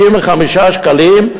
55 שקלים,